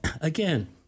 again